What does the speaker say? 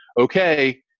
okay